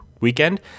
weekend